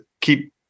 keep